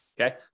okay